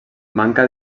manca